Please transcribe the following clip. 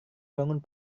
bangun